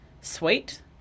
sweet